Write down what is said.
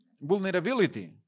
vulnerability